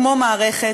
כביכול.